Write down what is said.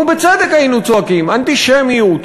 ובצדק היינו צועקים: אנטישמיות,